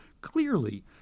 clearly